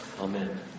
Amen